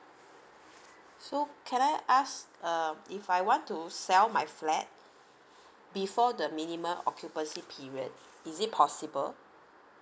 so can I ask uh if I want to sell my flat before the minimum occupancy period is it possible